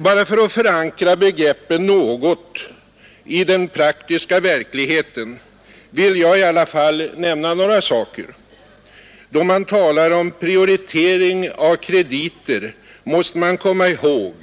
Bara för att förankra begreppen något i den praktiska verkligheten vill jag i alla fall nämna några saker. Då man talar om prioritering av krediter måste man komma ihåg